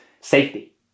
safety